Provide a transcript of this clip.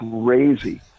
crazy